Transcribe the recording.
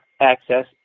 access